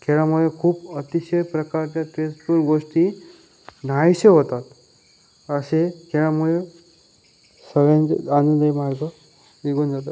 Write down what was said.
खेळामध्ये खूप अतिशय प्रकारचा ट्रेसफुल गोष्टी नाहीसे होतात असे खेळामुळे सगळ्यांचेच आनंदी मार्ग निघून जातात